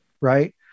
Right